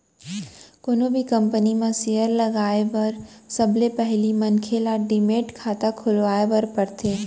कोनो भी कंपनी म सेयर लगाए बर सबले पहिली मनखे ल डीमैट खाता खोलवाए बर परथे